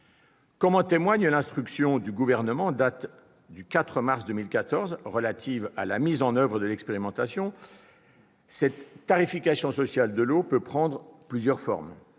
Comme en témoigne l'instruction du Gouvernement en date du 4 mars 2014 relative à la mise en oeuvre de l'expérimentation, cette tarification sociale de l'eau peut prendre plusieurs formes